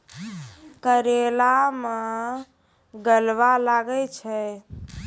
करेला मैं गलवा लागे छ?